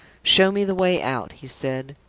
show me the way out, he said.